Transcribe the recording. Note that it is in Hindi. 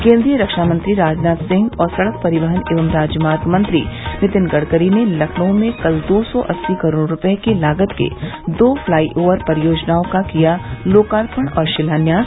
केन्द्रीय रक्षामंत्री राजनाथ सिंह और सड़क परिवहन एवं राजमार्ग मंत्री नितिन गडगरी ने लखनऊ में कल दो सौ अस्सी करोड़ रूपये की लागत के दो फ्लाईओवर परियोजनाओं का किया लोकार्पण और शिलान्यास